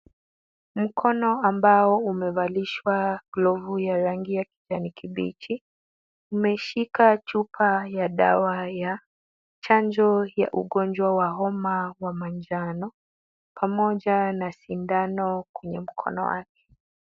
Mkono ambao umevalishwa glove ya rangi ya kijani kibichi. Umeshika chupa ya dawa ya chanjo ya ugonjwa wa homa wa manjano, pamoja na sindano kwenye mkono wake.